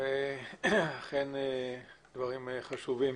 אכן דברים חשובים.